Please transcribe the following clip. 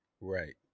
Right